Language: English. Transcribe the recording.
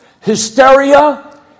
hysteria